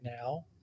now